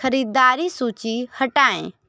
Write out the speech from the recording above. ख़रीदारी सूची हटाएं